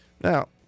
Now